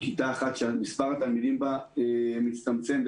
שמספר התלמידים בה מצטמצם.